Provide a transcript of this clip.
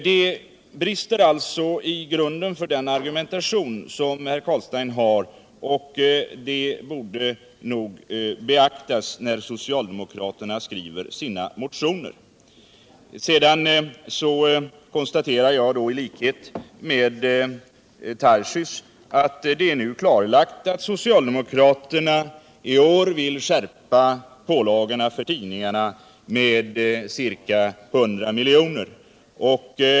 Där brister det sålunda i grunden för den argumentation som herr Carlstein för, och det borde beaktas när socialdemokraterna skriver sina motioner. Sedan konstaterar jag i likhet med Daniel Tarschys att det nu är klarlagt att socialdemokraterna i år vill skärpa pålagorna för tidningarna med ca 100 milj.kr.